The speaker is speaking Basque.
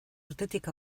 urtetik